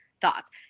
thoughts